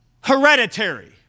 hereditary